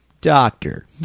doctor